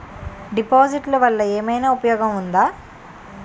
డిపాజిట్లు వల్ల ఏమైనా ఉపయోగం ఉందా?